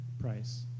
price